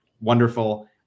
wonderful